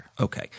Okay